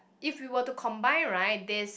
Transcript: if we were to combine right this